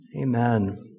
Amen